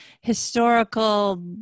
historical